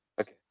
Okay